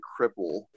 cripple